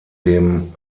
dem